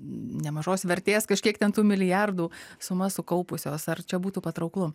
nemažos vertės kažkiek ten tų milijardų sumas sukaupusios ar čia būtų patrauklu